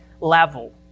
level